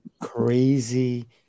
Crazy